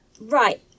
Right